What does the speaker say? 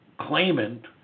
claimant